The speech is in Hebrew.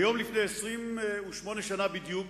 היום לפני 28 שנה בדיוק